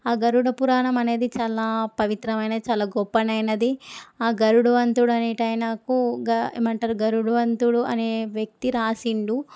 ఆ గరుడ పురాణం అనేది చాలా పవిత్రమైన చాలా గొప్పదైనది ఆ గరుడవంతుడు అనే ఆయనకు గ ఏమంటారు గరుడవంతుడు అనే వ్యక్తి వ్రాసాడు